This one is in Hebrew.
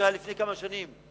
שהיה לפני כמה שנים,